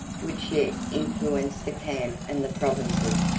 which yet influenced the camp and the provinces,